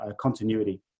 continuity